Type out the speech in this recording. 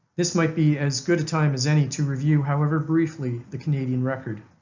this might be as good a time as any to review, however briefly, the canadian record.